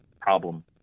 problem